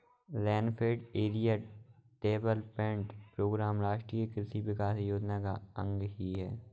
rainfed area development programme राष्ट्रीय कृषि विकास योजना का अंग ही है